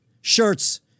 shirts